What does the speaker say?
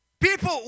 People